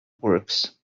works